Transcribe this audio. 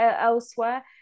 elsewhere